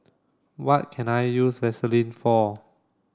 what can I use Vaselin for